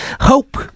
hope